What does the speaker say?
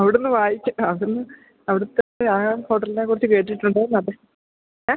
അവിടുന്ന് വായിച്ച് അവിടുന്ന് അവിടുത്തെ ആ ഹോട്ടലിനെ കുറിച്ച് കേട്ടിട്ടുണ്ട് അതെ എഹ്